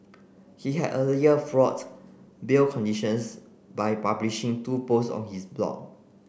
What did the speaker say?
he had earlier flouted bail conditions by publishing two posts on his blog